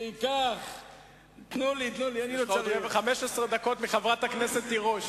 של מתח בלתי רגיל, וכל יום הדברים משתנים.